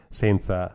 senza